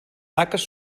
taques